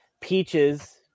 Peaches